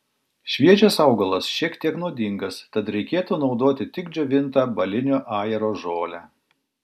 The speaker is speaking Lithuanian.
šviežias augalas šiek tiek nuodingas tad reikėtų naudoti tik džiovintą balinio ajero žolę